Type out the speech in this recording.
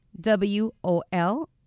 W-O-L